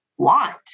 want